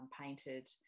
painted